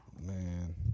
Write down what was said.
Man